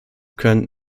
können